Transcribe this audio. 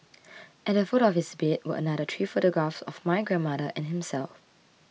at the foot of his bed were another three photographs of my grandmother and himself